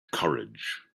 courage